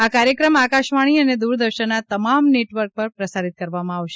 આ કાર્યક્રમ આકાશવાણી અને દ્વરદર્શનના તમામ નેટવર્ક પર પ્રસારિત કરવામાં આવશે